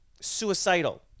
suicidal